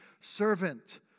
servant